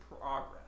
progress